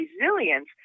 resilience